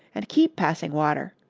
and keep passing water.